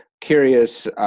curious